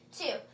two